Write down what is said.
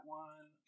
one